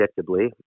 predictably